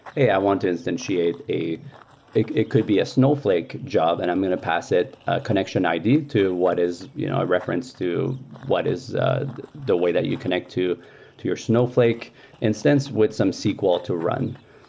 hey, i want to instantiate a it it could be a snowflake job and i'm in a past it a connection id to what is you know a reference to what is the way that you connect to to your snowflake instance with some sql to run.